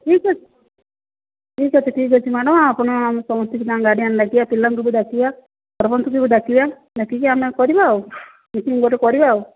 ଠିକ୍ ଅଛି ଠିକ୍ ଅଛି ଠିକ୍ ଅଛି ମ୍ୟାଡ଼ାମ୍ ଆପଣ ଆମ ସମସ୍ତଙ୍କୁ ତାଙ୍କ ଗାର୍ଡ଼ିଆନ୍ ଡାକିବା ପିଲାଙ୍କୁ ବି ଡାକିବା ସରପଞ୍ଚକୁ ବି ଡାକିବା ଡାକିକି ଆମେ କରିବା ଆଉ ମିଟିଂ ଗୋଟେ କରିବା ଆଉ